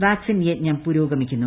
vaccine യജ്ഞം പുരോഗമിക്കുന്നു